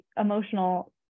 emotional